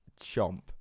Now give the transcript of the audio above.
chomp